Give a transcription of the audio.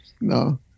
no